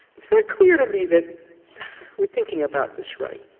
it's not clear to me that we're thinking about this right.